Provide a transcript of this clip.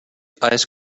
ice